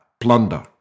plunder